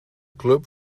club